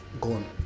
gone